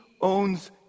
owns